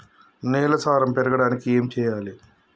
నేల సారం పెరగడానికి ఏం చేయాలి?